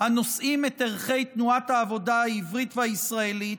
הנושאים את ערכי תנועת העבודה העברית והישראלית,